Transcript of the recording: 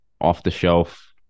off-the-shelf